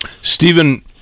Stephen